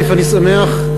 אני שמח,